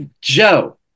Joe